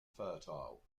fertile